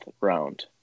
round